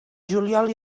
juliol